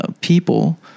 people